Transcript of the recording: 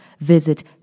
visit